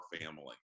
family